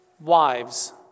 Wives